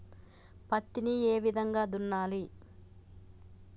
పత్తిని ఏ విధంగా దున్నాలి?